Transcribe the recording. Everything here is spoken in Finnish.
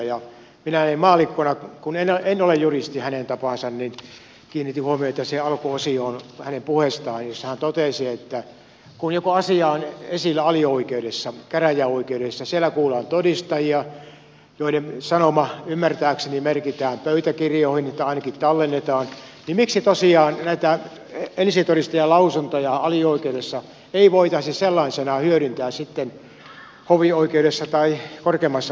minä näin maallikkona kun en ole juristi hänen tapaansa kiinnitin huomiota siihen alkuosioon hänen puheessaan jossa hän kysyi että kun joku asia on esillä alioikeudessa käräjäoikeudessa ja siellä kuullaan todistajia joiden sanoma ymmärtääkseni merkitään pöytäkirjoihin tai ainakin tallennetaan niin miksi tosiaan näitä todistajan ensilausuntoja alioikeudessa ei voitaisi sellaisenaan hyödyntää sitten hovioikeudessa tai korkeimmassa oikeudessa